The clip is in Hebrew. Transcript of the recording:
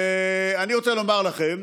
ואני רוצה לומר לכם,